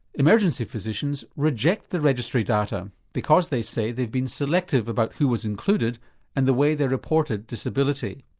emergency physicians reject the registry data because they say they've been selective about who was included and the way they reported disability.